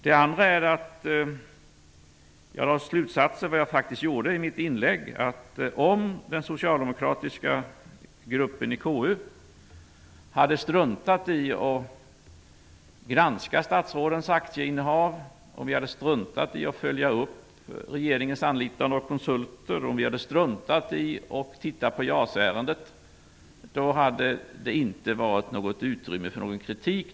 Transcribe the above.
Jag drar den slutsatsen, vilket jag faktiskt gjorde i mitt inlägg, att om den socialdemokratiska gruppen i KU hade struntat i att granska statsrådens aktieinnehav, struntat i att följa upp regeringens anlitande av konsulter och struntat i att titta på JAS-ärendet hade det inte funnits utrymme för någon kritik.